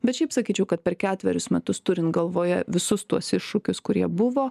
bet šiaip sakyčiau kad per ketverius metus turint galvoje visus tuos iššūkius kurie buvo